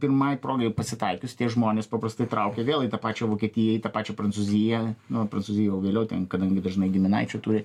pirmai progai pasitaikius tie žmonės paprastai traukia vėl į tą pačią vokietiją į tą pačią prancūziją nu prancūzija jau vėliau ten kadangi dažnai giminaičių turi